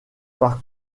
par